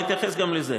אני אתייחס גם לזה.